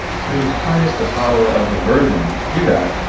so you've harnessed the power of aversion to do that,